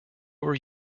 were